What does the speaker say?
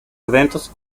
eventos